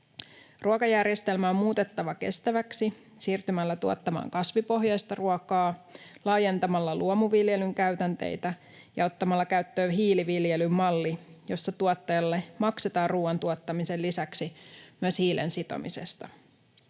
Ruokajärjestelmä on muutettava kestäväksi siirtymällä tuottamaan kasvipohjaista ruokaa, laajentamalla luomuviljelyn käytänteitä ja ottamalla käyttöön hiiliviljelymalli, jossa tuottajalle maksetaan ruoantuottamisen lisäksi hiilen sitomisesta.